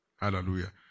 Hallelujah